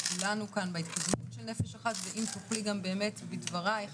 כולנו כאן בהתקדמות של נפש אחת ואם תוכלי גם באמת בדברייך